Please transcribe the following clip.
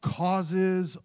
causes